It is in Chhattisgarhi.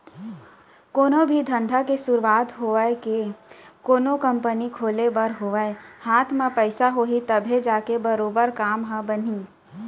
कोनो भी धंधा के सुरूवात होवय के कोनो कंपनी खोले बर होवय हाथ म पइसा होही तभे जाके बरोबर काम ह बनही